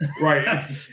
Right